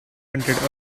ended